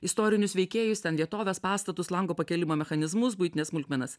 istorinius veikėjus ten vietoves pastatus lango pakėlimo mechanizmus buitines smulkmenas